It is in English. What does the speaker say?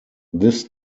this